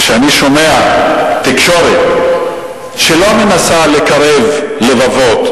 כשאני שומע תקשורת שלא מנסה לקרב לבבות